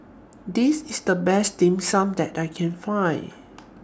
This IS The Best Dim Sum that I Can Find